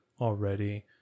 already